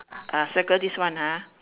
ah circle this one ha